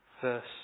Verse